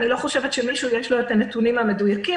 אני לא חושבת שלמישהו יש את הנתונים המדויקים.